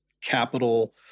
capital